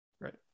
Right